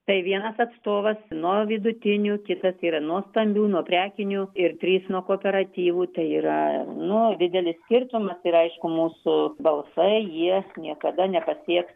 tai vienas atstovas nuo vidutinių kitas yra nuo stambių nuo prekinių ir trys nuo kooperatyvų tai yra nu didelis skirtumas ir aišku mūsų balsai jie niekada nepasieks